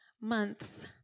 months